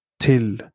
Till